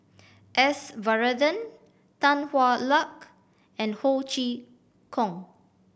S Varathan Tan Hwa Luck and Ho Chee Kong